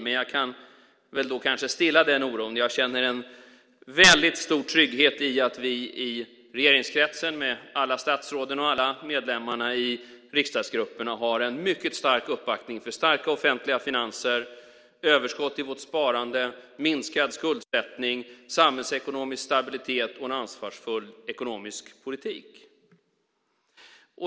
Men jag kan då kanske stilla hennes oro. Jag känner en väldigt stor trygghet i att vi i regeringskretsen, med alla statsråden, och alla medlemmarna i riksdagsgrupperna har en mycket stark uppbackning för starka offentliga finanser, överskott i vårt sparande, minskad skuldsättning, samhällsekonomisk stabilitet och en ansvarsfull ekonomisk politik.